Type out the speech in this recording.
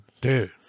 Dude